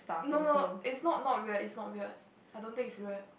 no no it's not not weird it's not weird I don't think it's weird